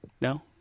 No